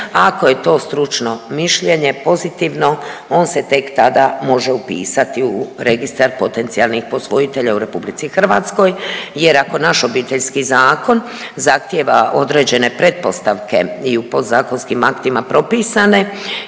Ako je to stručno mišljenje pozitivno on se tek tada može upisati u registar potencijalnih posvojitelja u RH jer ako naš Obiteljski zakon zahtijeva određene pretpostavke i u podzakonskim aktima propisane